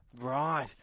Right